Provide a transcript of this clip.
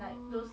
oh